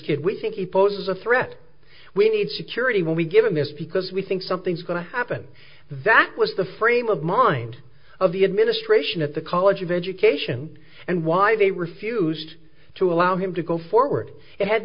kid we think he poses a threat we need security when we give him this because we think something's going to happen that was the frame of mind of the administration at the college of education and why they refused to allow him to go forward it had